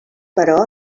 però